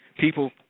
People